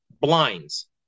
blinds